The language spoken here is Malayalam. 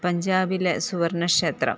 പഞ്ചാബിലെ സുവർണ ക്ഷേത്രം